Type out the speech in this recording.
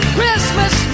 Christmas